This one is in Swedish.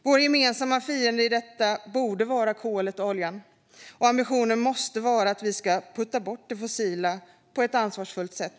Vår gemensamma fiende i detta borde vara kolet och oljan, och ambitionen måste vara att vi ska putta bort det fossila på ett ansvarsfullt sätt.